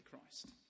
Christ